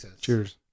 cheers